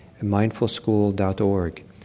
mindfulschool.org